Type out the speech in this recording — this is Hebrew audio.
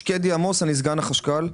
שקדי עמוס, אני סגן החשכ"ל.